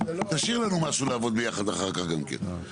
תשאיר לנו משהו לעבוד ביחד אחר כך גם כן.